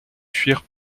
fuir